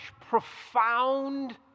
profound